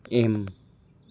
M